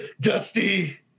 dusty